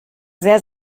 sehr